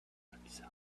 himself